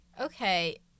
Okay